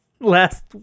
last